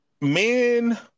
men